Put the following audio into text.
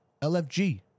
LFG